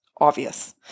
obvious